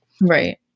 Right